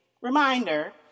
Reminder